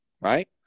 right